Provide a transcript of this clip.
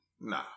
Nah